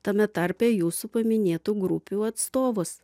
tame tarpe jūsų paminėtų grupių atstovus